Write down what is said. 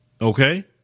Okay